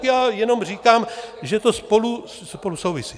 Já jenom říkám, že to spolu souvisí.